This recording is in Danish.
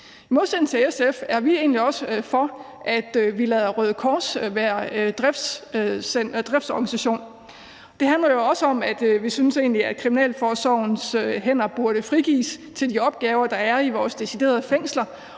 I modsætning til SF er vi egentlig også for, at vi lader Røde Kors være driftsorganisation. Det handler jo også om, at vi egentlig synes, at kriminalforsorgens hænder burde frigives til de opgaver, der er i vores deciderede fængsler,